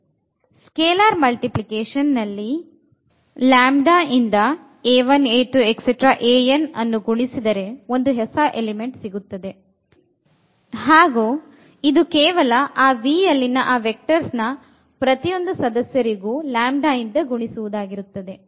scalar multiplication ನಲ್ಲಿ ನಿಂದ a1a2an ಗುಣಿಸಿದರೆ ಒಂದು ಹೊಸ ಎಲಿಮೆಂಟ್ ಸಿಗುತ್ತದೆ ಹಾಗು ಇದು ಕೇವಲ ಆ V ಅಲ್ಲಿನ ಆ ವೆಕ್ಟರ್ ನ ಪ್ರತಿ ಸದಸ್ಯರಿಗೂ ಇಂದ ಗುಣಿಸುವುದಾಗಿರುತ್ತದೆ